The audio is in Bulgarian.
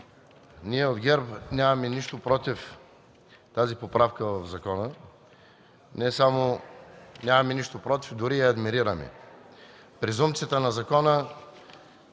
Ние от ГЕРБ нямаме нищо против тази поправка в закона. Не само че нямаме нищо против, но дори я адмирираме. Презумпцията на закона